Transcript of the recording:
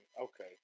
okay